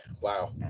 wow